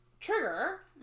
trigger